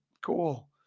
cool